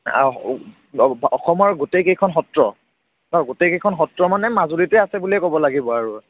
অসমৰ গোটেইকেইখন বা সত্ৰ গোটেইকেইখন সত্ৰ মানে মাজুলীতে আছে বুলিয়ে ক'ব লাগিব আৰু